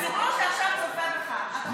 הציבור שעכשיו צופה בך,